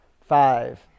five